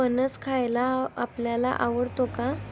फणस खायला आपल्याला आवडतो का?